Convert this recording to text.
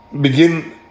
begin